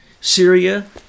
Syria